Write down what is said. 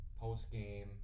post-game